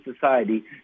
society